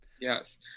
Yes